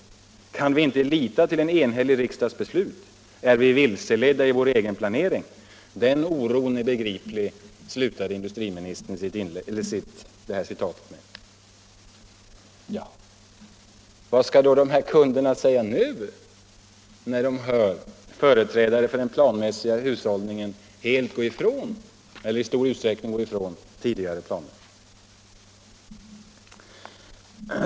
Kan vi inte lita till en enhällig riksdags beslut? Är vi vilseledda i vår egen planering? Den oron är begriplig.” Vad skall då dessa kunder säga nu när de hör företrädare för den planmässiga hushållningen i stor utsträckning gå ifrån tidigare planer?